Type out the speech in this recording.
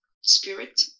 spirit